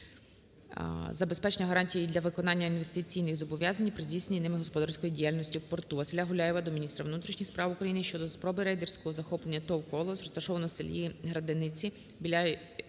забезпечення гарантій та виконання інвестиційних зобов'язань при здійсненні ними господарської діяльності в порту. Василя Гуляєва до міністра внутрішніх справ України щодо спроби рейдерського захоплення ТОВ "КОЛОС", розташованого у селіГрадениці